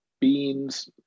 beans